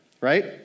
Right